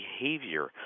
behavior